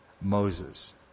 Moses